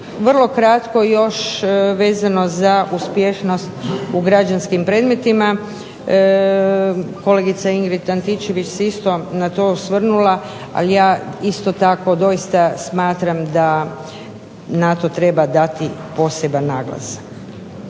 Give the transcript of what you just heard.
vrlo kratko još vezano za uspješnost u građanskim predmetima. Kolegica Ingrid Antićević se isto na to osvrnula ali ja isto tako doista smatram da na to treba dati poseban naglasak.